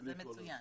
זה מצוין.